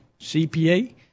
CPA